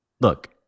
Look